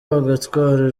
bagatwara